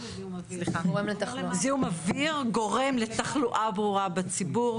זיהום אוויר גורם לתחלואה ברורה בציבור,